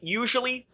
usually